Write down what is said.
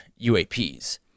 UAPs